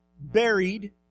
buried